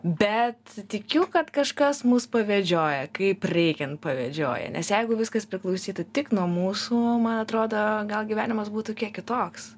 bet tikiu kad kažkas mus pavedžioja kaip reikiant pavedžioja nes jeigu viskas priklausytų tik nuo mūsų man atrodo gal gyvenimas būtų kiek kitoks